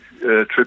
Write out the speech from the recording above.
trip